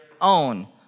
own